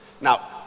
Now